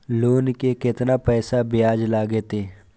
Loan के केतना पैसा ब्याज लागते?